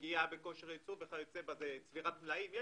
פגיעה בכושר ייצור, צבירת מלאים וכיוצא בזה.